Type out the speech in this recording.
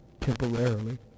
Temporarily